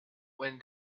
when